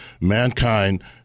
mankind